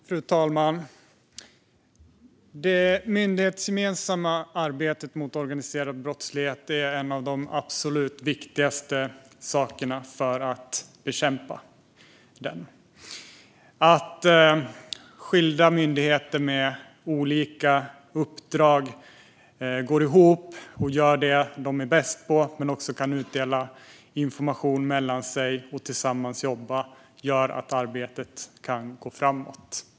Fru talman! Det myndighetsgemensamma arbetet mot organiserad brottslighet är något av det viktigaste när det gäller att bekämpa denna typ av brottslighet. Att skilda myndigheter med olika uppdrag går ihop och gör det de är bäst på och också kan dela information mellan sig och jobba tillsammans gör att arbetet kan gå framåt.